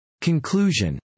Conclusion